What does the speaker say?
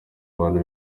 abantu